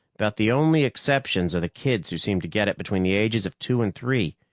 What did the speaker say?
about the only exceptions are the kids who seem to get it between the ages of two and three.